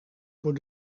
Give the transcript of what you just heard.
voor